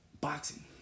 boxing